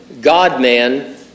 God-man